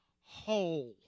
whole